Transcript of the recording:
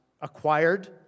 acquired